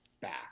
back